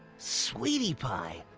sweetie pie.